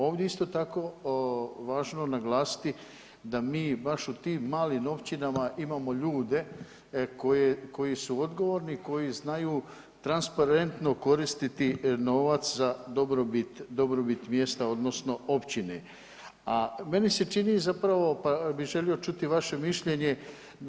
Ovdje je isto tako važno naglasiti da mi baš u tim malim općinama imamo ljude koji su odgovorni, koji znaju transparentno koristiti novac za dobrobit mjesta odnosno općine, a meni se čini zapravo pa bi želio čuti vaše mišljenje da